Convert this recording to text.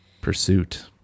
pursuit